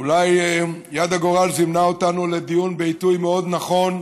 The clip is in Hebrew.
אולי יד הגורל זימנה אותנו לדיון בעיתוי מאוד נכון,